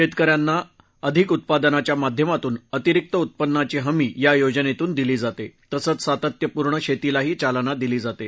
शेतकऱ्यांना अधिक उत्पादनाच्या माध्यमातून अतिरिक उत्पन्नाची हमी या योजनेतून दिली जाते तसंच सातत्यपूर्ण शेतीलाही चालना दिली जाते